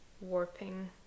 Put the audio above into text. warping